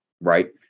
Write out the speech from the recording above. right